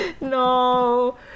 no